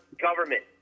government